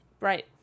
Right